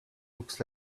looks